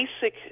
basic